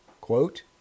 quote